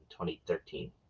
2013